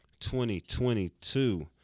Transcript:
2022